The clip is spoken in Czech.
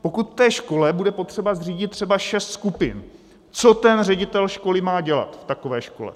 Pokud v té škole bude potřeba zřídit třeba šest skupin, co ten ředitel školy má dělat v takové škole?